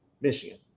Michigan